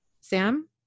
Sam